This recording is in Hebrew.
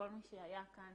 עבור כל מי שהיה כאן,